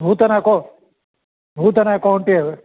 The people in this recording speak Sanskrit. नूतन अकौ नूतन अकौण्ट् एव